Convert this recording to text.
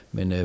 Men